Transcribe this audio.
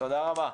תודה רבה.